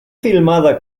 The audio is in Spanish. filmada